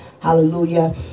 Hallelujah